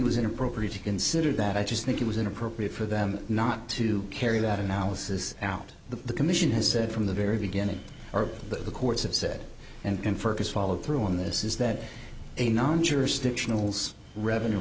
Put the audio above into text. think was inappropriate to consider that i just think it was inappropriate for them not to carry that analysis out the commission has said from the very beginning that the courts have said and confirmed as follow through on this is that a non jurisdictional zz revenue